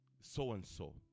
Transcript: so-and-so